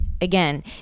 Again